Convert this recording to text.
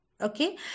Okay